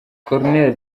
col